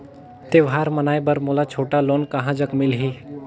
त्योहार मनाए बर मोला छोटा लोन कहां जग मिलही?